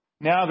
now